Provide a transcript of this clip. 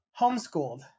Homeschooled